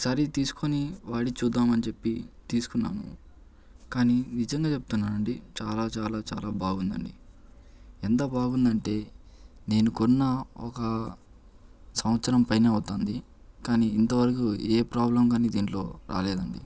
ఒకసారి తీసుకొని వాడి చూద్దామని చెప్పి తీసుకున్నాము కానీ నిజంగా చెప్తున్నాను అండి చాలా చాలా చాలా బాగుందండి ఎంత బాగుందంటే నేను కొన్న ఒక సంవత్సరం పైనే అవుతుంది కానీ ఇంతవరకు ఏ ప్రాబ్లం కానీ దీంట్లో రాలేదండి